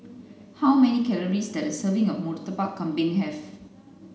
how many calories does a serving of Murtabak Kambing have